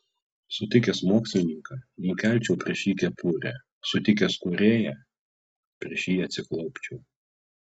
sutikęs mokslininką nukelčiau prieš jį kepurę sutikęs kūrėją prieš jį atsiklaupčiau